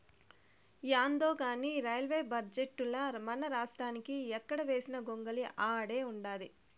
యాందో కానీ రైల్వే బడ్జెటుల మనరాష్ట్రానికి ఎక్కడ వేసిన గొంగలి ఆడే ఉండాది